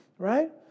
right